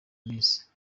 minsi